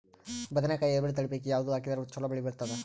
ಬದನೆಕಾಯಿ ಹೈಬ್ರಿಡ್ ತಳಿ ಪೈಕಿ ಯಾವದು ಹಾಕಿದರ ಚಲೋ ಬೆಳಿ ಬರತದ?